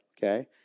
Okay